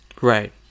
Right